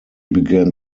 began